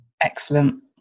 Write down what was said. Excellent